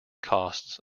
costs